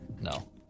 No